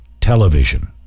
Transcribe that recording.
television